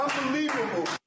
unbelievable